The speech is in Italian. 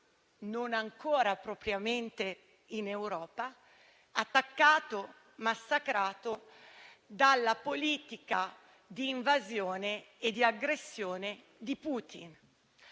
non ancora propriamente in Europa - attaccato e massacrato dalla politica di invasione e di aggressione di Putin.